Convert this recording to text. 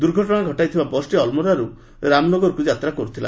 ଦୁର୍ଘଟଣା ଘଟାଇଥିବା ବସ୍ଟି ଅଲ୍ମୋରାରୁ ରାମନଗରକୁ ଯାତ୍ରା କରୁଥିଲା